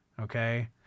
Okay